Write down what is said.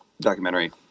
documentary